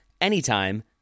anytime